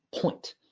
point